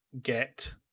get